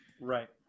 Right